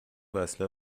وصله